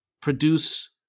produce